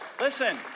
Listen